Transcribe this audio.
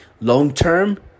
Long-term